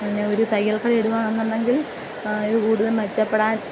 പിന്നെയൊരു തയ്യൽക്കട ഇടുവാന്നുണ്ടെങ്കിൽ ഇത് കൂടുതൽ മെച്ചപ്പെടാൻ